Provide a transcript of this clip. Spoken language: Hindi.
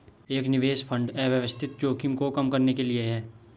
एक निवेश फंड अव्यवस्थित जोखिम को कम करने के लिए है